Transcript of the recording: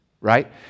Right